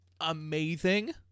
amazing